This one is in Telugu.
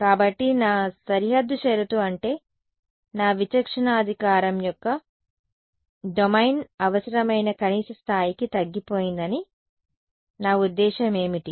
కాబట్టి నా సరిహద్దు షరతు అంటే నా విచక్షణాధికారం యొక్క డొమైన్ అవసరమైన కనీస స్థాయికి తగ్గిపోయిందని నా ఉద్దేశ్యం ఏమిటి